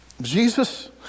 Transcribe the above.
Jesus